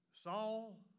Saul